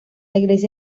iglesia